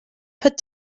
put